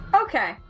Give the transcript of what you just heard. Okay